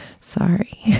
sorry